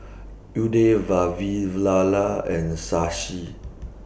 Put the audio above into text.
Udai Vavilala and Shashi